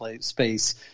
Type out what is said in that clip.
space